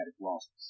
losses